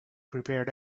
prepared